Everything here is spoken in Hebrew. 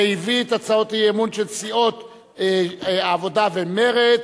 שהביא את הצעות האי-אמון של סיעות העבודה ומרצ,